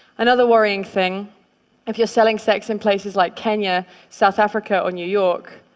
another worrying thing if you're selling sex in places like kenya, south africa or new york,